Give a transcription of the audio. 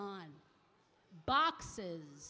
on boxes